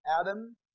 Adam